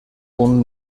punt